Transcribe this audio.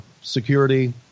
Security